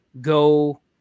go